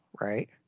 right